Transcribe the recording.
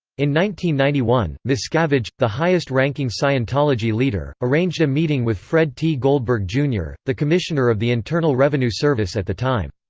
ninety ninety one, miscavige, the highest-ranking scientology leader, arranged a meeting with fred t. goldberg jr, the commissioner of the internal revenue service at the time.